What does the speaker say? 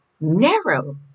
narrow